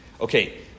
Okay